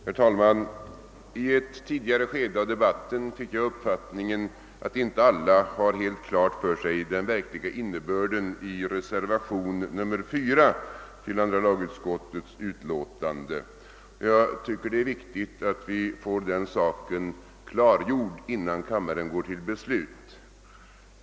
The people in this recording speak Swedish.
Herr talman! I ett tidigare skede av debatten fick jag uppfattningen att inte alla har helt klart för sig den verkliga innebörden av reservationen 4 till andra lagutskottets utlåtande nr 80. Jag tycker att det är riktigt att vi får denna sak klargjord innan kammaren går att fatta beslut.